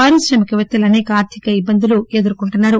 పారిశ్రామిక పేత్తలు అసేక ఆర్గిక ఇబ్బందులను ఎదుర్కొంటున్నారు